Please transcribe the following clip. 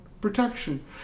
protection